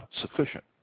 sufficient